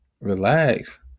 relax